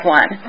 one